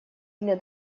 для